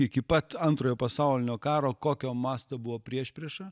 iki pat antrojo pasaulinio karo kokio masto buvo priešprieša